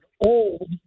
old